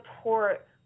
support